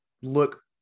look